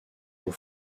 eaux